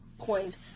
coins